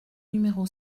numéro